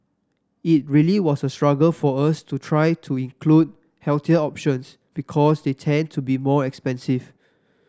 it really was a struggle for us to try to include healthier options because they tend to be more expensive